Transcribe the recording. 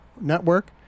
network